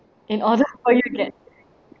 in order for you to get